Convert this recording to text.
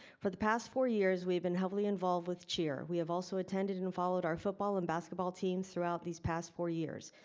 for the past four years we've been heavily involved with cheer we have also attended and followed our football and basketball teams throughout these past four years.